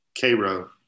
Cairo